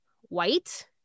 white